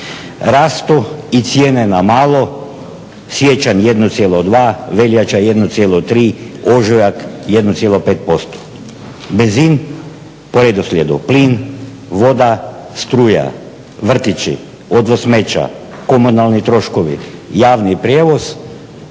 Rastu i cijene na malo. Siječanj 1,2, veljača 1,3, ožujak 1,5 posto. Benzin po redoslijedu plin, voda, struja, vrtići, odvoz smeća, komunalni troškovi, javni prijevoz.